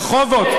ברחובות,